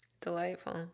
Delightful